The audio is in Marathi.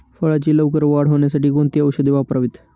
फळाची लवकर वाढ होण्यासाठी कोणती औषधे वापरावीत?